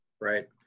Right